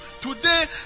today